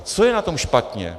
Co je na tom špatně?